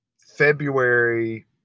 February